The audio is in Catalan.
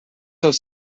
els